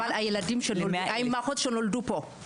אבל ילדים לאימהות שנולדו בישראל.